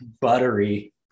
buttery